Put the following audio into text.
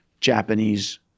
Japanese